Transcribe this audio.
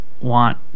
want